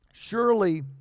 Surely